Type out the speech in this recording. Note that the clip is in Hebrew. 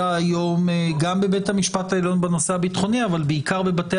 היום גם בבית המשפט העליון בנושא הביטחוני אבל בעיקר בבתי